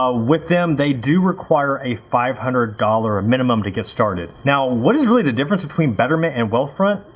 ah with them, they do require a five hundred dollars minimum to get started. now what is really the difference between betterment and wealthfront?